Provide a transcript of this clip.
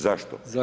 Zašto?